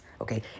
okay